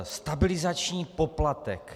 Stabilizační poplatek!